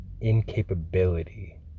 incapability